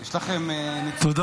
יש לכם נציגים, חבר'ה, אני קואליציה.